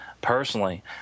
personally